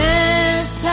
Yes